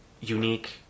unique